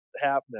happening